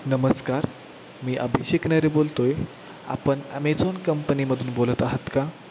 नमस्कार मी अभिषेक नरे बोलतो आहे आपण ॲमेझॉन कंपनीमधून बोलत आहात का